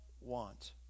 want